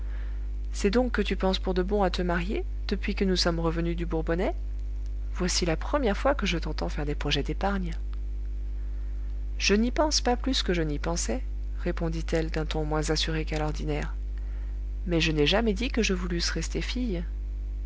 c'est donc que tu penses pour de bon à te marier depuis que nous sommes revenus du bourbonnais voici la première fois que je t'entends faire des projets d'épargne je n'y pense pas plus que je n'y pensais répondit-elle d'un ton moins assuré qu'à l'ordinaire mais je n'ai jamais dit que je voulusse rester fille